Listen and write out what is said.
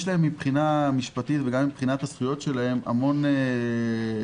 יש להן מבחינה משפטית וגם מבחינת הזכויות שלהן המון ליקויים,